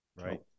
right